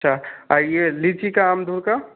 अच्छा और यह लीची का अमदूर का